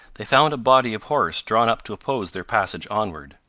they found a body of horse drawn up to oppose their passage onward.